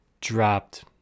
dropped